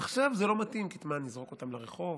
עכשיו זה לא מתאים כי מה, נזרוק אותם לרחוב?